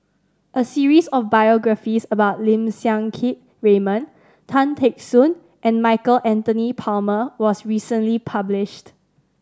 a series of biographies about Lim Siang Keat Raymond Tan Teck Soon and Michael Anthony Palmer was recently published